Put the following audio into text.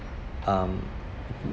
um